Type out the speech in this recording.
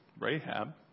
Rahab